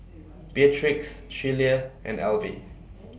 Beatrix Shelia and Alvy